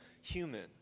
human